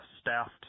staffed